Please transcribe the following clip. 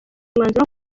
umwanzuro